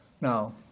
Now